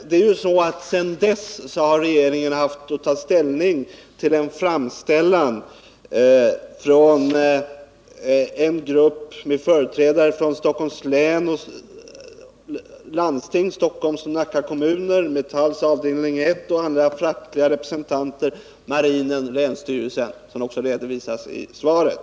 Den nuvarande regeringen har emellertid haft att ta ställning till en framställan från en delegation med företrädare för Stockholms läns landsting, Stockholms och Nacka kommuner, Metalls avdelning 1 och andra fackliga representanter samt marinen, vilket redovisas i svaret.